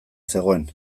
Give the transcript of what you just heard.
zegoen